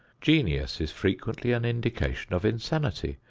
genius is frequently an indication of insanity.